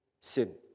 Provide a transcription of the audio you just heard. sin